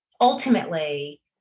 ultimately